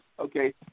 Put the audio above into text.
Okay